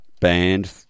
band